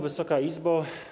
Wysoka Izbo!